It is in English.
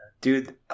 Dude